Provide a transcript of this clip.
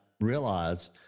realize